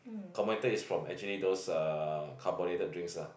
is from actually those uh carbonated drinks lah